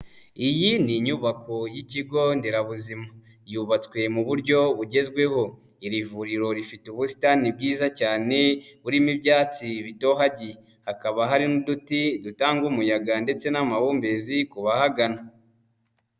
Iyi ni inyubako y'Ikigo Nderabuzima, yubatswe mu buryo bugezweho, iri vuriro rifite ubusitani bwiza cyane burimo ibyatsi bitohagiye. Hakaba hari n'uduti dutanga umuyaga ndetse n'amahumbezi ku bahagana.